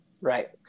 Right